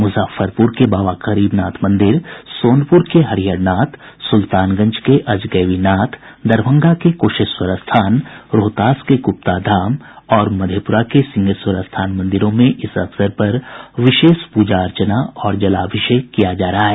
मुजफ्फरपुर के बाबा गरीबनाथ मंदिर सोनपुर के हरिहरनाथ सुल्तानगंज के अजगैबीनाथ दरभंगा के कुशेश्वर स्थान रोहतास के गुप्ताधाम और मधेपुरा के सिंहेश्वर स्थान मंदिरों में इस अवसर पर विशेष पूजा अर्चना और जलाभिषेक किया जा रहा है